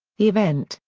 the event,